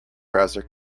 browser